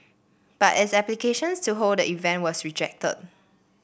but its applications to hold the event was rejected